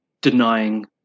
denying